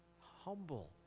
humble